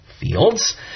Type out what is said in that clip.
fields